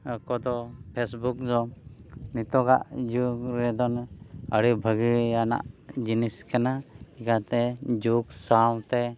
ᱠᱚᱫᱚ ᱯᱷᱮᱹᱥᱵᱩᱠ ᱫᱚ ᱱᱤᱛᱚᱜᱟᱜ ᱡᱩᱜᱽ ᱨᱮᱫᱚ ᱟᱹᱰᱤ ᱵᱷᱟᱹᱜᱤᱭᱟᱱᱟᱜ ᱡᱤᱱᱤᱥ ᱠᱟᱱᱟ ᱡᱟᱛᱮ ᱡᱩᱜᱽ ᱥᱟᱶ ᱛᱮ